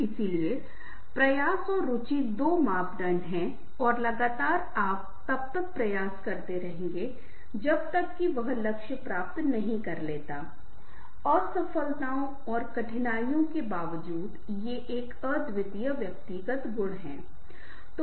इसलिए प्रयास और रुचि दो मापदंडपैरामीटर Parameter हैं और लगातार आप तब तक प्रयास करते रहेंगे जब तक कि वह लक्ष्य प्राप्त नहीं कर लेता असफलताओं और कठिनाइयों के बावजूद ये एक अद्वितीय व्यक्तित्व गुण है